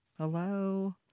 hello